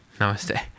namaste